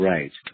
Right